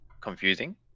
confusing